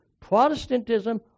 Protestantism